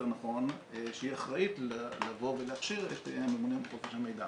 נכון שהיא אחראית להכשיר את הממונים על חוק חופש המידע.